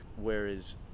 whereas